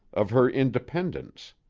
of her independence.